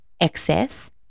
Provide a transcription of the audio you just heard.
excess